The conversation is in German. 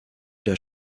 der